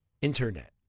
Internet